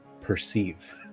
perceive